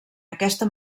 aquesta